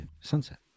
sunset